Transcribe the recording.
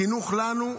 חינוך לנו,